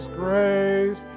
grace